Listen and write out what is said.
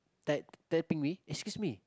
tap tapping me excuse me